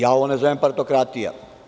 Ja ovo ne zovem partokratija.